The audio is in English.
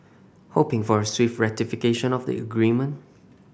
hoping for a swift ratification of the agreement